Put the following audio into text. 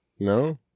No